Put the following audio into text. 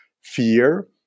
fear